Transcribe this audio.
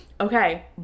okay